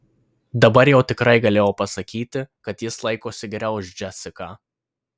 dabar jau tikrai galėjo pasakyti kad jis laikosi geriau už džesiką